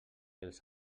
els